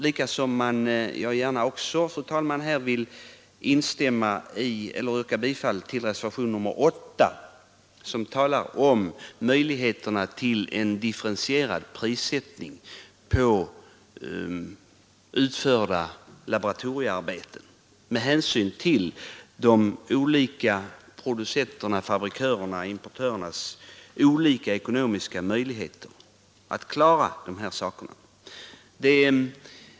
Likaså vill jag, fru talman, yrka bifall till reservationen 8, som gäller en differentierad prissättning på utförda laboratoriearbeten med hänsyn till producenternas, fabrikörernas och importörernas olika ekonomiska möjligheter att klara dessa saker.